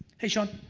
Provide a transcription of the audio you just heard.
hey shawn.